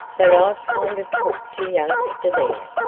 but i've kind of took to youngster there,